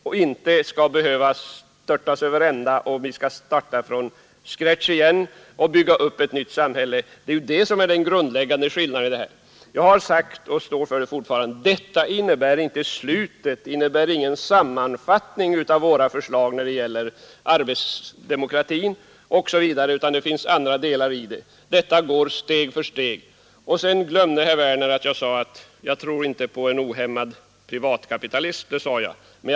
Det skall inte behöva störtas över ända så att vi skall starta från scratch igen och bygga upp ett nytt samhälle. Det är det som är den grundläggande skillnaden mellan oss. Jag har sagt och står för det fortfarande: Detta innebär inte slutet, det innebär ingen sammanfattning av våra förslag när det gäller arbetsdemokratin osv. utan det finns andra delar i det. Detta går steg för steg. Sedan glömmer herr Werner en sak. Jag sade att jag inte tror på en ohämmad statskapitalism heller.